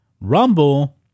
Rumble